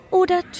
oder